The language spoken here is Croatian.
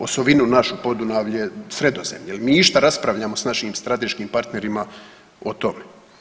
Osovinu naše Podunavlje, Sredozemlje, jel mi išta raspravljamo s našim strateškim partnerima o tome.